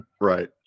Right